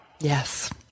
yes